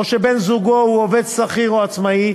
או שבן-זוגו הוא עובד שכיר או עצמאי,